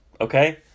okay